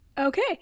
Okay